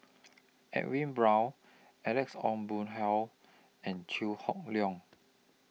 Edwin Brown Alex Ong Boon Hau and Chew Hock Leong